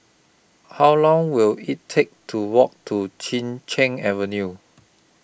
How Long Will IT Take to Walk to Chin Cheng Avenue